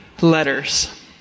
letters